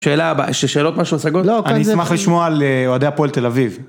שאלות משהו סגור? אני אשמח לשמוע על יועדי הפועל תל אביב.